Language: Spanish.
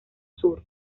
sur